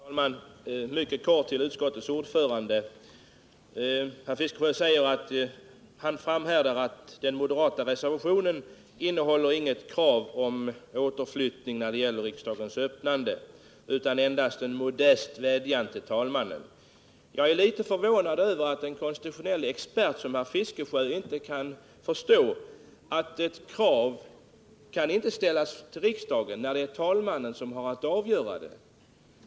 Herr talman! Mycket kort till utskottets ordförande. Herr Fiskesjö framhärdade och sade att den moderata reservationen inte innehåller något krav på återflyttning när det gäller riksdagens öppnande utan endast en modest vädjan till talmannen. Jag är litet förvånad över att en konstitutionell expert som herr Fiskesjö inte kan förstå att ett krav inte kan riktas till riksdagen, då det är talmannen som har att avgöra saken.